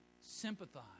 sympathize